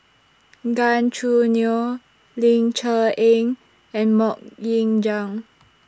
Gan Choo Neo Ling Cher Eng and Mok Ying Jang